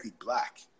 black